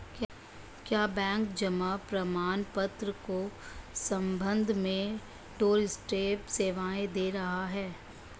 क्या बैंक जमा प्रमाण पत्र के संबंध में डोरस्टेप सेवाएं दे रहा है?